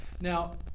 Now